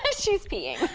and she's peeing